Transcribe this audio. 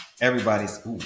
everybody's